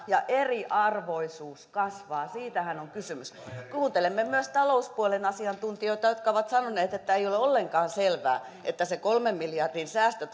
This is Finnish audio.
ja eriarvoisuus kasvaa siitähän on kysymys kuuntelemme myös talouspuolen asiantuntijoita jotka ovat sanoneet että ei ole ollenkaan selvää että se kolmen miljardin säästö